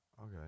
Okay